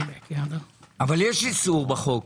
אבל יש איסור בחוק.